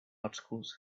articles